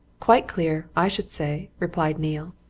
quite clear, i should say, replied neale.